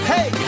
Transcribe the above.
Hey